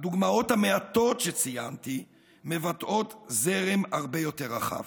הדוגמאות המעטות שציינתי מבטאות זרם הרבה יותר רחב,